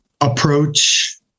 approach